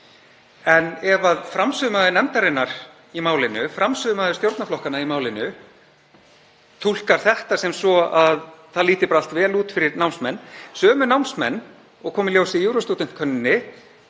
En ef framsögumaður nefndarinnar í málinu, framsögumaður stjórnarflokkanna í málinu, túlkar þetta sem svo að það líti allt vel út fyrir námsmenn, sömu námsmenn og kom í ljós í Eurostudent-könnuninni